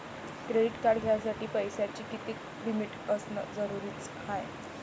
Credit card घ्यासाठी पैशाची कितीक लिमिट असनं जरुरीच हाय?